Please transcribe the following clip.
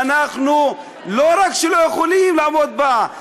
שלא רק שלא יכולים לעמוד בה,